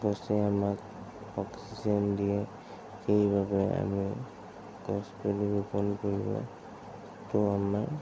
গছে আমাক অক্সিজেন দিয়ে সেইবাবে আমি গছ পুলি ৰোপণ কৰিব তো আমাৰ